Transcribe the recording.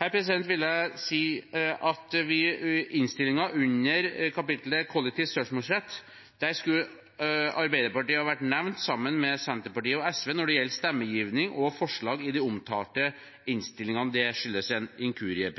Her vil jeg si at i innstillingen under kapitlet «Kollektiv søksmålsrett» skulle Arbeiderpartiet ha vært nevnt sammen med Senterpartiet og SV når det gjelder stemmegivning og forslag i de omtalte innstillingene. Dette skyldes en inkurie.